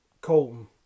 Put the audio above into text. Colton